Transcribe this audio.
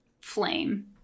flame